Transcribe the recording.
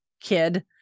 kid